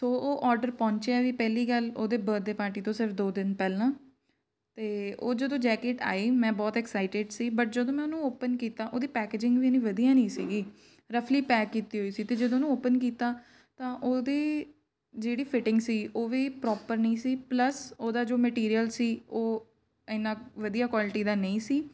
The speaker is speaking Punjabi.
ਸੋ ਉਹ ਆਡਰ ਪਹੁੰਚਿਆ ਵੀ ਪਹਿਲੀ ਗੱਲ ਉਹਦੇ ਬਰਦਡੇ ਪਾਰਟੀ ਤੋਂ ਸਿਰਫ਼ ਦੋ ਦਿਨ ਪਹਿਲਾਂ ਤੇ ਉਹ ਜਦੋਂ ਜੈਕਟ ਆਈ ਮੈਂ ਬਹੁਤ ਐਕਸਾਈਟਿਡ ਸੀ ਬਟ ਜਦੋਂ ਮੈਂ ਉਹਨੂੰ ਓਪਨ ਕੀਤਾ ਉਹਦੀ ਪੈਕਜ਼ਿੰਗ ਵੀ ਇੰਨੀ ਵਧੀਆ ਨਹੀਂ ਸੀਗੀ ਰਫਲੀ ਪੈਕ ਕੀਤੀ ਹੋਈ ਸੀ ਅਤੇ ਜਦੋਂ ਉਹਨੂੰ ਓਪਨ ਕੀਤਾ ਤਾਂ ਉਹਦੀ ਜਿਹੜੀ ਫਿਟਿੰਗ ਸੀ ਉਹ ਵੀ ਪ੍ਰੋਪਰ ਨਹੀਂ ਸੀ ਪਲੱਸ ਉਹਦਾ ਜੋ ਮੈਟੀਰੀਅਲ ਸੀ ਉਹ ਇੰਨਾ ਵਧੀਆ ਕੁਆਲਿਟੀ ਦਾ ਨਹੀਂ ਸੀ